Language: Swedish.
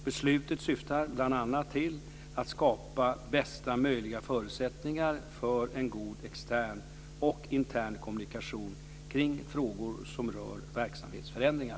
Beslutet syftar bl.a. till att skapa bästa möjliga förutsättningar för en god extern och intern kommunikation kring frågor som rör verksamhetsförändringar.